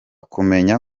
kumenya